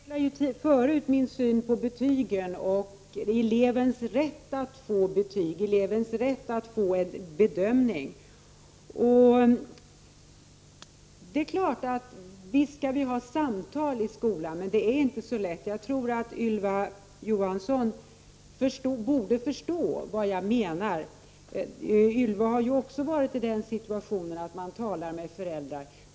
Herr talman! Jag har förut utvecklat min syn på betygen och på elevens rätt att få betyg, att få en bedömning. Visst skall vi ha samtal i skolan, men det är inte så lätt. Ylva Johansson borde förstå vad jag menar. Ylva Johansson har också varit i den situationen att man talar med föräldrar.